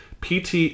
PT